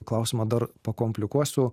klausimą dar pakomplikuosu